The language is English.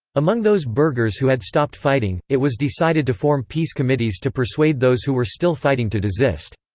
among those burghers who had stopped fighting, it was decided to form peace committees to persuade those who were still fighting to desist.